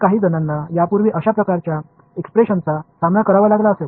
உங்களில் சிலர் இதற்கு முன்னர் இதுபோன்ற எக்ஸ்ப்ரஷன் ஐ எதிர் கொண்டிருக்கலாம்